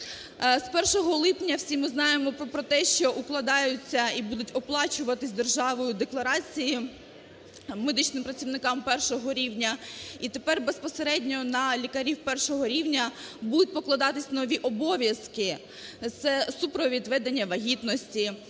З 1 липня, всі ми знаємо про те, що укладаються і будуть оплачуватися державою декларації медичним працівникам першого рівня. І тепер безпосередньо на лікарів першого рівня будуть покладатися нові обов'язки. Це супровід ведення вагітності,